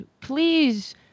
please